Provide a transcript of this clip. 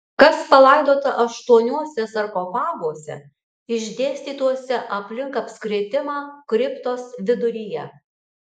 kas palaidota aštuoniuose sarkofaguose išdėstytuose aplink apskritimą kriptos viduryje